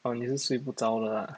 orh 你是睡不着了 lah